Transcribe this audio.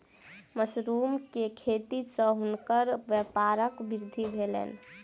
mushroom के खेती सॅ हुनकर व्यापारक वृद्धि भेलैन